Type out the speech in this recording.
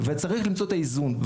צריך למצוא את האיזון.